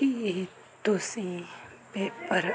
ਕੀ ਤੁਸੀਂ ਪੇਪਰ